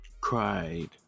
cried